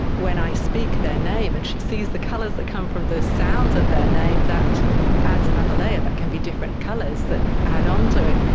when i speak their name and she sees the colours that come from the sounds of their name, that adds another layer that can be different colours that add um to it.